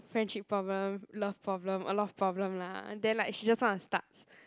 friendship problem love problem a lot of problem lah and then like she just want to start